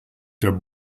der